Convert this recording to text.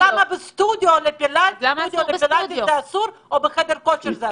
למה בסטודיו לפילטיס ובחדר כושר זה אסור?